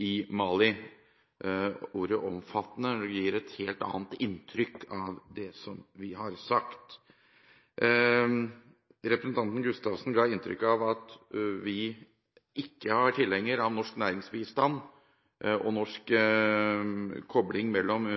i Mali. Ordet «omfattende» gir et helt annet inntrykk av det vi har sagt. Representanten Gustavsen ga et inntrykk av at vi ikke var tilhenger av norsk næringsbistand og kobling mellom